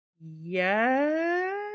yes